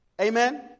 Amen